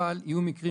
אבל יהיו מקרים,